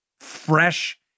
Fresh